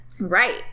Right